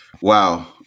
Wow